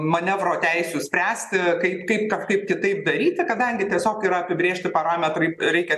manevro teisių spręsti kaip kaip ką kaip kitaip daryti kadangi tiesiog yra apibrėžti parametrai reikia